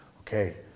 Okay